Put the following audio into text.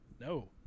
No